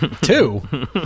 Two